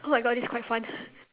oh my god this quite fun